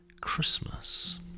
Christmas